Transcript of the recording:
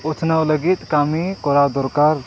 ᱩᱛᱱᱟᱹᱣ ᱞᱟᱹᱜᱤᱫ ᱠᱟᱹᱢᱤ ᱠᱚᱨᱟᱣ ᱫᱚᱨᱠᱟᱨ